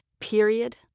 Period